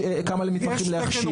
כמה מתמחים להכשיר.